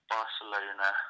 Barcelona